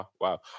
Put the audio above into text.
wow